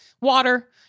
water